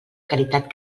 caritat